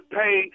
pay